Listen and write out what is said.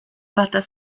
patas